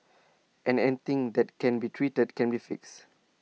and anything that can be treated can be fixed